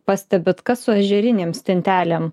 pastebit kad su ežerinėms stintelėm